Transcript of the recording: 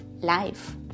Life